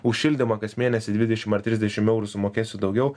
už šildymą kas mėnesį dvidešimt ar trisdešimt eurų sumokėsiu daugiau